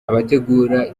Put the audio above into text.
abategura